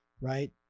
right